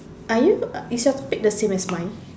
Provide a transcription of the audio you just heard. are you is your topic the same as mine